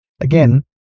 again